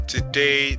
Today